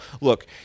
look